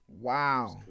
Wow